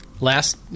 Last